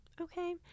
okay